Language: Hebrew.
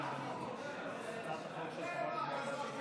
להעביר את הצעת